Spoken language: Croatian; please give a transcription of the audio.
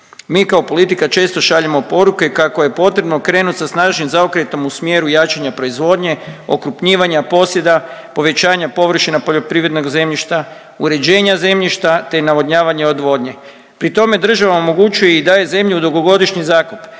Mi kao politika često šaljemo poruke kako je potrebno krenuti sa snažnijim zaokretom u smjeru jačanja proizvodnje, okrupnjivanja posjeda, povećanja površina poljoprivrednog zemljišta, uređenja zemljišta te navodnjavanje odvodnje. Pri tome država omogućuje i daje zemlju u dugogodišnji zakup,